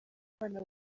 bana